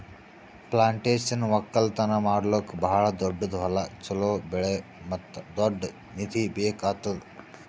plantation ಒಕ್ಕಲ್ತನ ಮಾಡ್ಲುಕ್ ಭಾಳ ದೊಡ್ಡುದ್ ಹೊಲ, ಚೋಲೋ ಬೆಳೆ ಮತ್ತ ದೊಡ್ಡ ನಿಧಿ ಬೇಕ್ ಆತ್ತುದ್